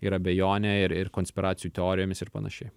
ir abejone ir ir konspiracijų teorijomis ir panašiai